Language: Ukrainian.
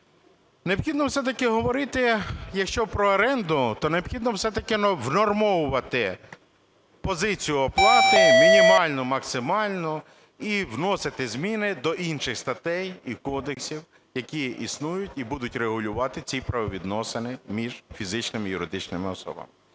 Необхідно все-таки говорити, якщо про оренду, то необхідно все-таки внормовувати позицію оплати мінімальну, максимальну і вносити зміни до інших статей і кодексів, які існують і будуть регулювати ці правовідносини між фізичними, юридичними особами.